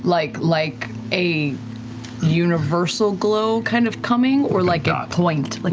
like like a universal glow kind of coming? or like a point, like